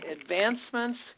advancements